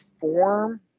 form